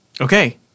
okay